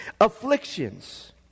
afflictions